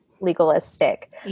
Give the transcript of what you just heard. legalistic